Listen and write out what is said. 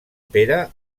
pere